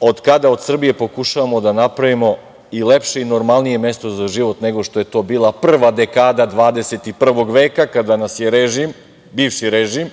od kada od Srbije pokušavamo da napravimo i lepše i normalnije mesto za život, nego što je to bila prva dekada 21. veka kada nas je režim, bivši režim,